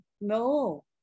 no